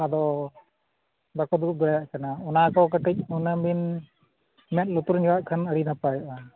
ᱟᱫᱚ ᱵᱟᱠᱚ ᱫᱩᱲᱩᱵ ᱫᱟᱲᱮᱭᱟᱜ ᱠᱟᱱᱟ ᱚᱱᱟ ᱠᱚ ᱠᱟᱹᱴᱤᱡ ᱦᱩᱱᱟᱹᱝ ᱵᱤᱱ ᱢᱮᱫ ᱞᱩᱛᱩᱨ ᱧᱚᱜᱼᱟᱜ ᱠᱷᱟᱱ ᱟᱹᱰᱤ ᱱᱟᱯᱟᱭᱚᱜᱼᱟ